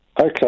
Okay